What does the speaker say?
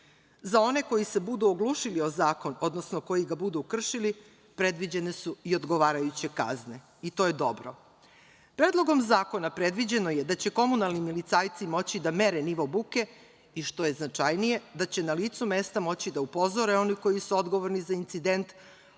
Za one koji se budu oglušili o zakon, odnosno koji ga budu kršili, predviđene su i odgovarajuće kazne i to je dobro. Predlogom zakona predviđeno je da će komunalni milicajci moći da mere nivo buke i što je značajnije da će na licu mesta moći da upozore one koji su odgovorni za incident, odnosno